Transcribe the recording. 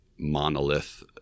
monolith